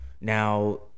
Now